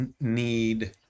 need